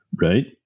Right